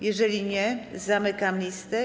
Jeżeli nie, zamykam listę.